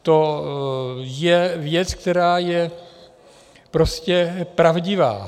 To je věc, která je prostě pravdivá.